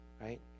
Right